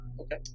Okay